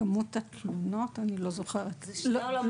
אני לא זוכרת את כמות התלונות.